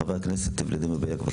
חבר הכנסת ולדימיר בליאק, בבקשה.